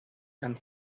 and